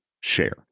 Share